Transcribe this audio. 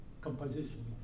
composition